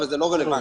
אבל זה לא רלוונטי.